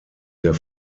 der